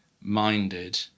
minded